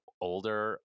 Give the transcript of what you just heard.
older